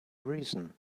reason